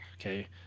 Okay